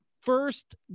first